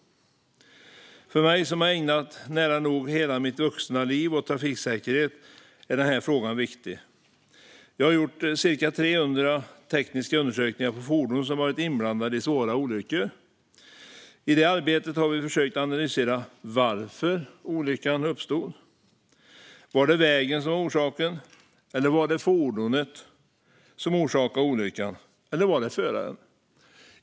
För mig, som har ägnat nära nog hela mitt vuxna liv åt trafiksäkerhet, är den här frågan viktig. Jag har gjort ca 300 tekniska undersökningar på fordon som varit inblandade i svåra olyckor. I det arbetet har vi försökt analysera varför olyckan uppstod. Var det vägen som var orsaken? Var det fordonet som orsakade olyckan? Eller var det föraren?